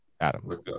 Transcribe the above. Adam